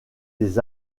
des